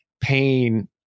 pain